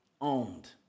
owned